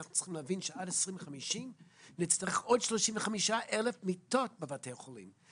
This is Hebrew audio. עלינו להבין שעד שנת 2050 נצטרך עוד 35,000 מיטות בבתי חולים,